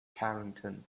carrington